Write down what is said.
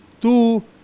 Two